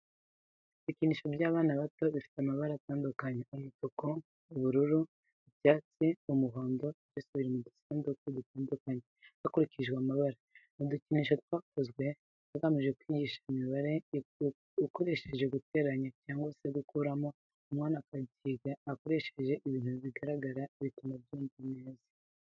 Ibikinisho by'abana bato bifite amabara atandukanye umutuku, ubururu, icyatsi n'umuhondo byose biri mu dusanduku dutandukanye hakurikije amabara. Ni udukinisho twakozwe hagamijwe kwigisha imibare ukoresheje guteranya cyangwa se gukuramo umwana akabyiga akoresheje ibintu bigaragara bituma abyumva neza.